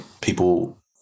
people